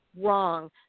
wrong